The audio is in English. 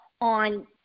on